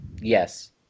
Yes